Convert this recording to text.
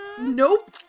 Nope